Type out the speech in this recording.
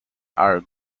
are